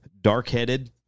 dark-headed